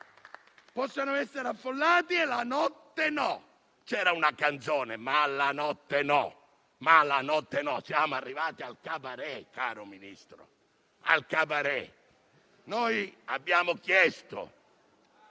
possano essere affollati, ma la notte no? C'era una canzone, «Ma la notte no»; siamo arrivati al *cabaret*, caro Ministro. Noi abbiamo chiesto